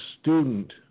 student